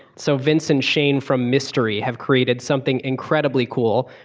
so vincent shane from mystery have created something incredibly cool.